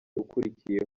ukurikiyeho